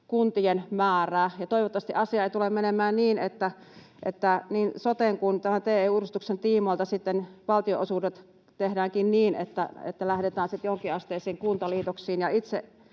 kuntien määrää. Toivottavasti asia ei tule menemään niin, että niin soten kuin tämän TE-uudistuksen tiimoilta sitten valtionosuudet tehdäänkin niin, että lähdetään sitten jonkinasteisiin kuntaliitoksiin.